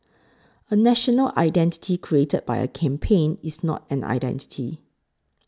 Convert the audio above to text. a national identity created by a campaign is not an identity